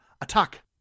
attack